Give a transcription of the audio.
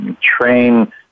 train